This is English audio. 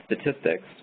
statistics